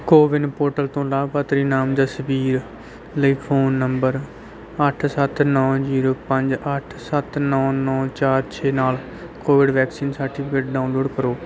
CoWIN portal ਤੋਂ ਲਾਭਪਾਤਰੀ ਨਾਮ ਜਸਬੀਰ ਲਈ ਫ਼ੋਨ ਨੰਬਰ ਅੱਠ ਸੱਤ ਨੌਂ ਜ਼ੀਰੋ ਪੰਜ ਅੱਠ ਸੱਤ ਨੌਂ ਨੌਂ ਚਾਰ ਛੇ ਨਾਲ ਕੋਵਿਡ ਵੈਕਸੀਨ ਸਰਟੀਫਿਕੇਟ ਡਾਊਨਲੋਡ ਕਰੋ